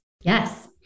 Yes